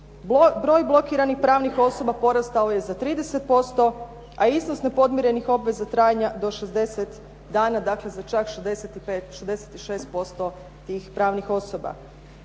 Broj blokiranih pravnih osoba porastao je za 30%, a iznos nepodmirenih obveza trajanja do 60 dana, dakle za čak za 65, 66% tih pravnih osoba.